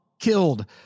killed